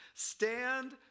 Stand